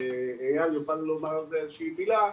ואיל יוכל לומר על זה מילה.